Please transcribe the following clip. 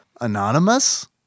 Anonymous